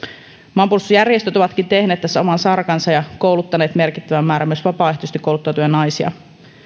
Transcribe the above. maanpuolustusjärjestöt ovatkin tehneet tässä oman sarkansa ja kouluttaneet merkittävän määrän myös vapaaehtoisesti kouluttautuvia naisia